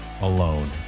alone